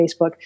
Facebook